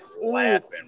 laughing